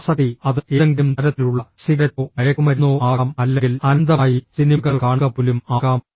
ആസക്തി അത് ഏതെങ്കിലും തരത്തിലുള്ള സിഗരറ്റോ മയക്കുമരുന്നോ ആകാം അല്ലെങ്കിൽ അനന്തമായി സിനിമകൾ കാണുക പോലും ആകാം